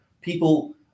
People